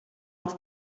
els